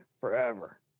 forever